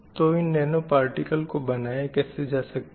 तो इन nano particle को बनाया कैसे जा सकता है